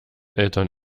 eltern